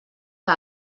que